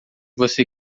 você